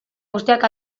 guztiak